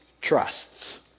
trusts